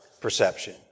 perception